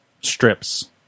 strips